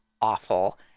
awful